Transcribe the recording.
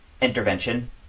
intervention